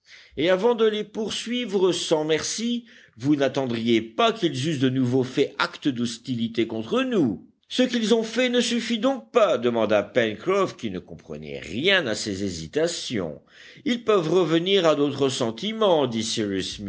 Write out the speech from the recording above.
et avant de les poursuivre sans merci vous n'attendriez pas qu'ils eussent de nouveau fait acte d'hostilité contre nous ce qu'ils ont fait ne suffit donc pas demanda pencroff qui ne comprenait rien à ces hésitations ils peuvent revenir à d'autres sentiments dit